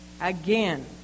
again